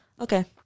Okay